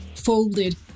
folded